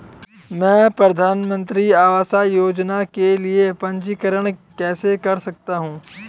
मैं प्रधानमंत्री आवास योजना के लिए पंजीकरण कैसे कर सकता हूं?